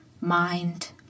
mind